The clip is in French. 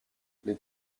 les